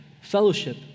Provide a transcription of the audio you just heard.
fellowship